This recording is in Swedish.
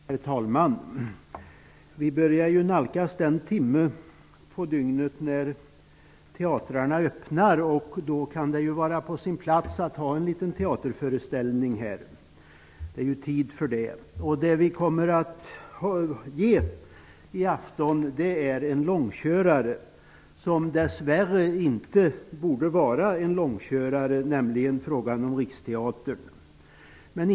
Herr talman! Vi börjar nu nalkas den timme på dygnet då teatrarna öppnar. Då kan det ju vara på sin plats att ha en liten teaterföreställning här. Det är ju tid för det. Det vi kommer att ge i afton är en långkörare som dess värre inte borde vara en långkörare, nämligen frågan om Riksteatern. Herr talman!